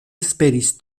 esperis